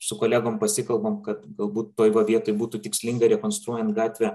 su kolegom pasikalbam kad galbūt toj vietoj būtų tikslinga rekonstruojant gatvę